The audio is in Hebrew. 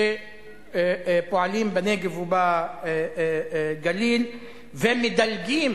שפועלים בנגב ובגליל ומדלגים,